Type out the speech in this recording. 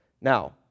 Now